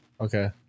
Okay